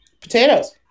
Potatoes